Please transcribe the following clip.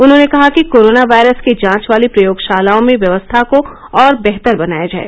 उन्होंने कहा कि कोरोना वायरस की जांच वाली प्रयोगशालाओं में व्यवस्था को और बेहतर बनाया जाए